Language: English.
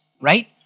right